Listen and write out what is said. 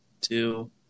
two